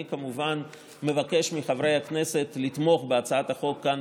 אני כמובן מבקש מחברי הכנסת לתמוך בהצעת החוק כאן